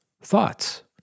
thoughts